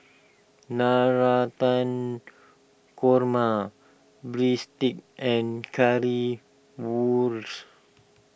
Navratan Korma Breadsticks and Currywurst